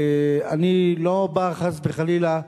אני לא בא, חס וחלילה,